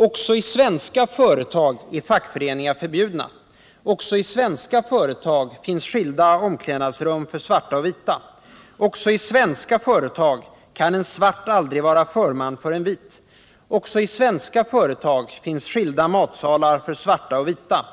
Också i svenska företag är fackföreningar förbjudna. Också i svenska företag finns skilda omklädnadsrum för svarta och vita. Också i svenska företag kan en svart aldrig vara förman för en vit. Också i svenska företag finns skilda matsalar för svarta och vita.